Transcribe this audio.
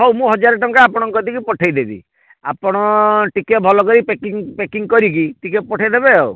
ହଉ ମୁଁ ହଜାରେ ଟଙ୍କା ଆପଣଙ୍କ କତିକି ପଠେଇଦେବି ଆପଣ ଟିକିଏ ଭଲକରି ପ୍ୟାକିଙ୍ଗ୍ ଫେକିଙ୍ଗ୍ କରିକି ଟିକିଏ ପଠେଇ ଦେବେ ଆଉ